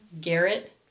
Garrett